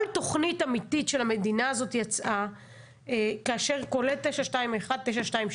כל תוכנית אמיתית של המדינה הזאת, כולל 921, 922,